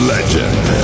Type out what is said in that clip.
Legend